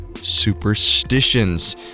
superstitions